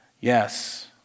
Yes